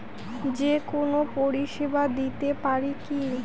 যে কোনো পরিষেবা দিতে পারি কি?